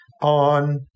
on